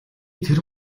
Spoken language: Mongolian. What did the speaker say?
тэр